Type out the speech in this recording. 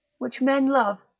which men love,